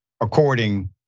according